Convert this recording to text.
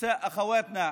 שלוש נשים, האחיות שלנו,